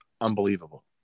Unbelievable